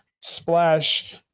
splash